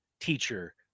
teacher